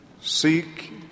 Seek